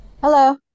Hello